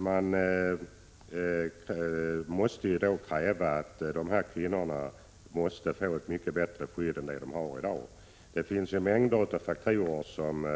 Man måste då kräva att dessa kvinnor skall få ett mycket bättre skydd än vad de har i dag. Det finns ju mängder med faktorer som